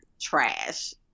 trash